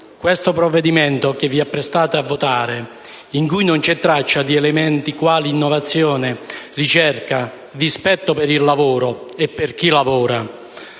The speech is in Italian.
il provvedimento che vi apprestate a votare, in cui non c'è traccia di elementi quali innovazione, ricerca, rispetto per il lavoro e per chi lavora,